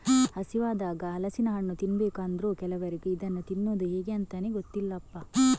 ಹಸಿವಾದಾಗ ಹಲಸಿನ ಹಣ್ಣು ತಿನ್ಬೇಕು ಅಂದ್ರೂ ಕೆಲವರಿಗೆ ಇದನ್ನ ತಿನ್ನುದು ಹೇಗೆ ಅಂತಾನೇ ಗೊತ್ತಿಲ್ಲಪ್ಪ